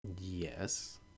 yes